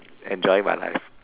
enjoying my life